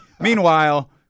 Meanwhile